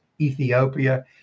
Ethiopia